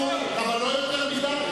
יש זכות, אבל לא יותר מדי.